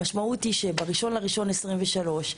המשמעות היא שב-1 בינואר 2023,